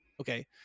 okay